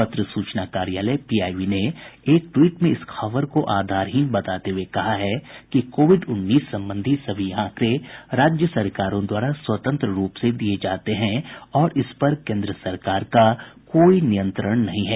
पत्र सूचना कार्यालय पीआईबी ने एक ट्वीट में इस खबर को आधारहीन बताते हुए कहा है कि कोविड उन्नीस संबंधी सभी आंकड़े राज्य सरकारों द्वारा स्वतंत्र रूप से दिये जाते हैं और इस पर केन्द्र सरकार का कोई नियंत्रण नहीं है